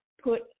put